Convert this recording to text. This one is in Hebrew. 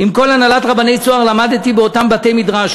"עם כל הנהלת רבני 'צהר' למדתי באותם בתי-מדרש,